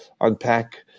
unpack